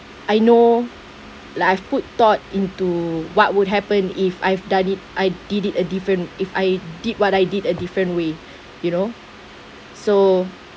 I know like I've put thought into what would happen if I've done it I did it a different if I did what I did a different way you know so